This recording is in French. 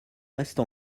reste